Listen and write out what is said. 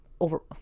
over